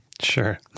Sure